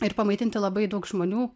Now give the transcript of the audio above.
ir pamaitinti labai daug žmonių